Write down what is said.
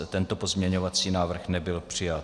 Tento pozměňující návrh nebyl přijat.